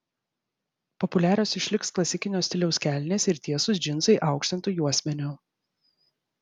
populiarios išliks klasikinio stiliaus kelnės ir tiesūs džinsai aukštintu juosmeniu